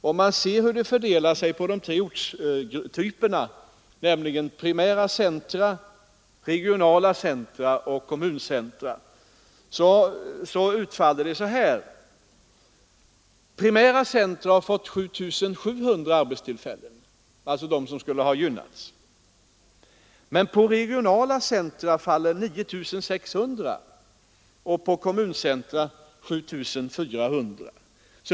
Fördelningen av nya arbetstillfällen på de tre ortstyperna primära centra, regionala centra och kommuncentra utfaller så här: Primära centra — de som påstås skulle ha gynnats — har fått 7 700 arbetstillfällen. På regionala centra faller 9 600 och på kommuncentra 7 400.